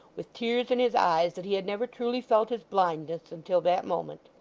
with tears in his eyes, that he had never truly felt his blindness until that moment.